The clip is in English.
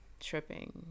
tripping